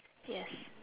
yes